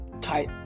tight